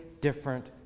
different